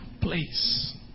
place